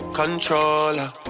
controller